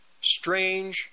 strange